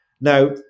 Now